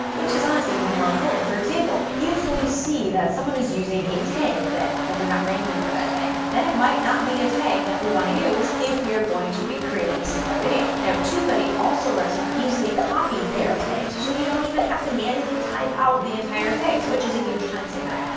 which is honestly even more important. for example, if we see that someone is using a tag that, but they're not ranking for that tag. then it might not be at a that we want to use if we are going to be creating a similar video. now tube buddy also lets you easily copy their tags so you don't even have to manually type out the entire tag, which is a huge time saver.